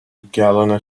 gallina